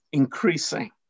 increasing